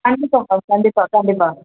கண்டிப்பாக மேம் கண்டிப்பாக கண்டிப்பாக